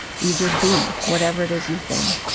you just be whatever it is you've been